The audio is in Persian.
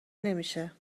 نمیشه